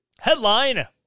Headline